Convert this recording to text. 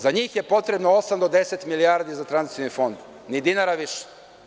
Za njih je potrebno osam do 10 milijardi za tranzicioni fond, ni dinara više.